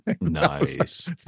Nice